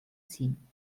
ziehen